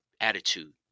attitude